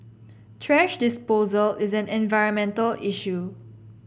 thrash disposal is an environmental issue